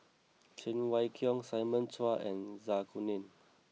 Cheng Wai Keung Simon Chua and Zai Kuning